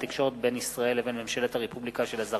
בין ממשלת מדינת ישראל לבין ממשלת הרפובליקה של קניה